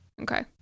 Okay